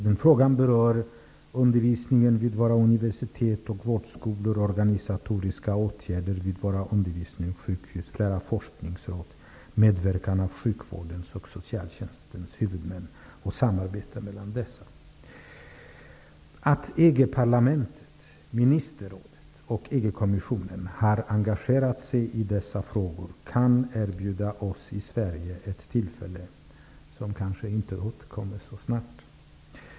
Denna fråga berör undervisningen vid våra universitet och högskolor, organisatoriska åtgärder vid våra undervisningssjukhus, flera forskningsråd, medverkan av sjukvårdens och socialtjänstens huvudmän och samarbetet mellan dessa. kommissionen har engagerat sig i dessa frågor kan erbjuda oss i Sverige ett tillfälle som kanske inte återkommer så snart.